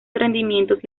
rendimientos